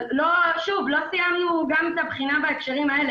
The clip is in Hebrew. אבל שוב, לא סיימנו את הבחינה גם בהקשרים האלה.